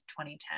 2010